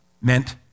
meant